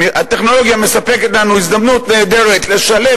הטכנולוגיה מספקת לנו הזדמנות נהדרת לשלב